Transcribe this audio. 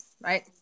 right